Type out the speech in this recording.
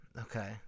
Okay